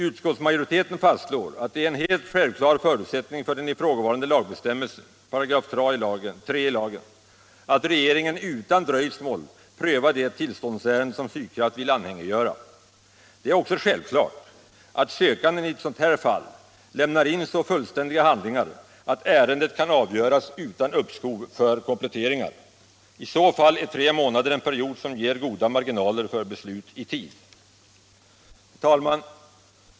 Utskottsmajoriteten fastslår att det är en helt självklar förutsättning för den ifrågavarande lagbestämmelsen — 3 §— att regeringen utan dröjsmål prövar det tillståndsärende som Sydkraft vill anhängiggöra. Det är också självklart att sökanden i ett sådant fall lämnar in så fullständiga handlingar att ärendet kan avgöras utan uppskov för kompletteringar. I så fall är tre månader en period som ger goda marginaler för beslut i tid. Herr talman!